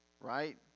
right